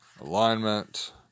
alignment